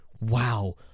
wow